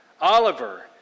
oliver